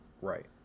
Right